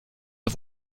auf